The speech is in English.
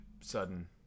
Sudden